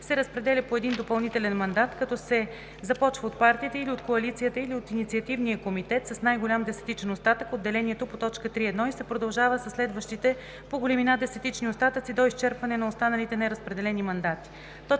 се разпределя по един допълнителен мандат, като се започва от партията или от коалицията, или от инициативния комитет с най-голям десетичен остатък от делението по т. 3.1 и се продължава със следващите по големина десетични остатъци – до изчерпване на останалите неразпределени мандати.